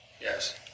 Yes